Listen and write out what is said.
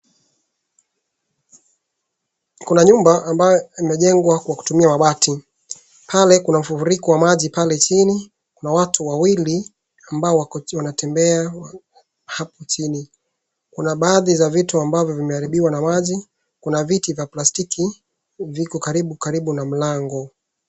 Kuna nyumb ambaye imejengwa kwa kutumia mabati. Pale kuna mfuriko wa maji pale chini, kuna watu wawili ambao wanatembea hapo chini. Kuna baadhi za vitu ambazo vimeharibiwa na maji. Kuna viti za plastiki viko karibu na mlango.